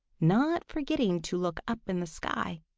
not forgetting to look up in the sky.